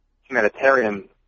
humanitarian